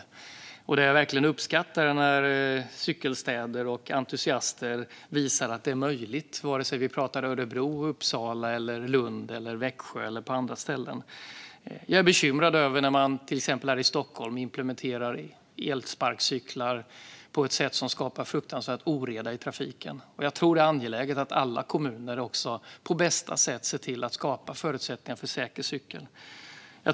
Jag uppskattar verkligen när cykelstäder och entusiaster visar att detta är möjligt, vare sig vi pratar om Örebro, Uppsala, Lund, Växjö eller andra ställen. Jag blir bekymrad när man till exempel här i Stockholm implementerar elsparkcyklar på ett sätt som skapar fruktansvärd oreda i trafiken. Jag tror att det är angeläget att alla kommuner på bästa sätt skapar förutsättningar för säker cykling.